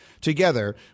together